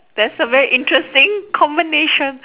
that's a very interesting combination